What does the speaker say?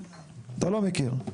אתה לא מכיר.